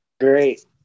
Great